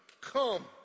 come